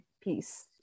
Peace